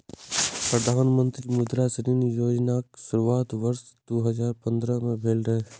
प्रधानमंत्री मुद्रा ऋण योजनाक शुरुआत वर्ष दू हजार पंद्रह में भेल रहै